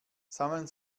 sammeln